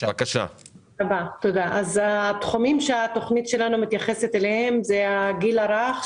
תודה התחומים שהתכנית שלנו מתייחסת אליהם זה הגיל הרך,